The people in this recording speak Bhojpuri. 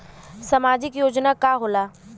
सामाजिक योजना का होला?